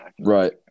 right